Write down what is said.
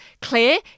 clear